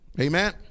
Amen